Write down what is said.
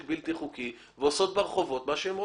בלתי חוקי ועושות ברחובות מה שהן רוצות.